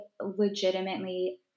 legitimately